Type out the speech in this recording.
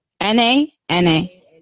n-a-n-a